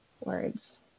words